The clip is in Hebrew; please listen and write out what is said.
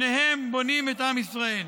שניהם בונים את עם ישראל.